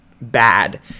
bad